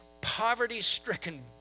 poverty-stricken